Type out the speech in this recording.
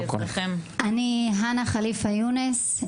אני הנה חליפה-יונס,